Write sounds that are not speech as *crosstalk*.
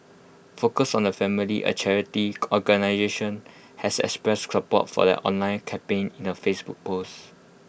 focus on the family A charity *unintelligible* organisation has expressed support for the online campaign in A Facebook post